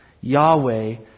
Yahweh